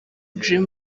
dream